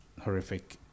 horrific